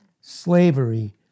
Slavery